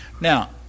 Now